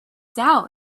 doubt